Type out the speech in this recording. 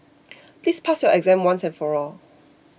please pass your exam once and for all